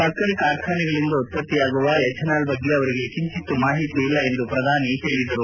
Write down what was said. ಸಕ್ಕರೆ ಕಾರ್ಖಾನೆಗಳಿಂದ ಉತ್ಪತ್ತಿಯಾಗುವ ಎಥೆನಾಲ್ ಬಗ್ಗೆ ಕಿಂಚಿತ್ತೂ ಮಾಹಿತಿ ಇಲ್ಲ ಎಂದು ಹೇಳಿದರು